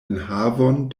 enhavon